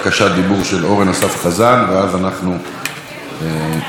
ואז אנחנו נעבור להצבעה.